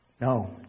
No